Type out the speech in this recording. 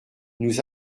nous